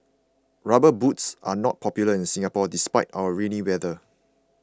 rubber boots are not popular in Singapore despite our rainy weather